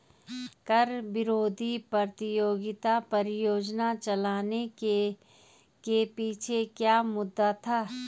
कर विरोधी प्रतियोगिता परियोजना चलाने के पीछे क्या मुद्दा था?